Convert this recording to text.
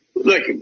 Look